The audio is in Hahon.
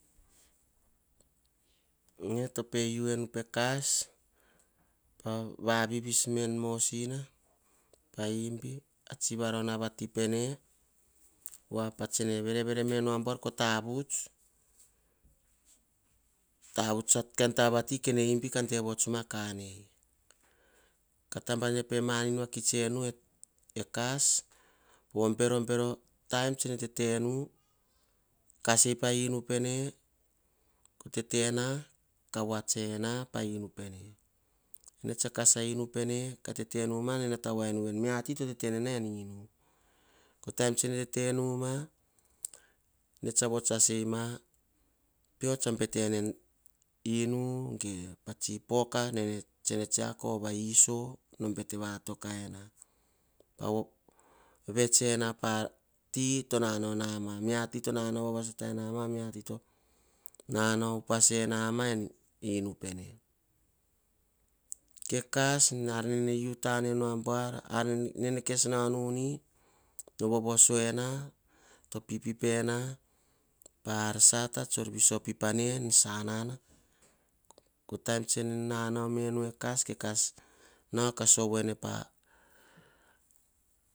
Ene to pe u enu pe kas, pa vavivis me en mosina pa imbi a tsi varona pene, voa pa tsene verevere menu abuar ko tavuts, tavuts a kain taba vati, kenee de votts ka anei. Taba nene pe manin vakit enu, e kas, berobero taim tsone tete nu ka kas pa inu pene. Ko tetena ka voats ena pa inu pene ene tsa kas a inu pene, nata voinuma veni, mea to tete ena en inu. Po taim tene tete numa, ene tsa vot asemia pio to bete na en inu. Ge, pa tsi poka nene tsiako ove iso, no bete va toka na. Vets enama pa ti to nanao nama, mia ti to nanao vava sata ena ma, mia te to nanao upas enama en inu pene. Ke kas ar nene u tane nu a buar, ar nene kes nao nuni, no vovoso ena to pipip ena pa ar sata tsaviso pip ane en sanana. Ko taim tsene nanao menu e kas, ko nana ka sovo pa